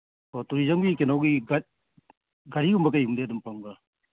ꯑꯣ ꯇꯨꯔꯤꯖꯝꯒꯤ ꯀꯩꯅꯣꯒꯤ ꯒꯥꯏꯠ ꯒꯥꯔꯤꯒꯨꯝꯕ ꯀꯩꯒꯨꯝꯕꯗꯤ ꯑꯗꯨꯝ ꯐꯪꯕ꯭ꯔꯥ